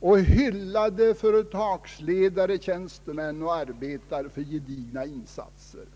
och hyllade företagsledare, tjänstemän och arbe tare för gedigna insatser.